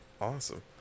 awesome